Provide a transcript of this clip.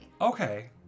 okay